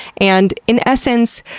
and in essence,